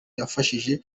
yafashije